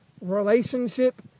relationship